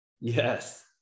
yes